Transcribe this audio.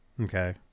Okay